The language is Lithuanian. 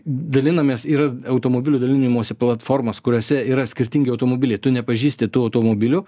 dalinamės ir automobilių dalinimosi platformos kuriose yra skirtingi automobiliai tu nepažįsti tų automobilių